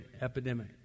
epidemic